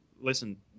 listen